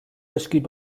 rescued